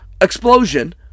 explosion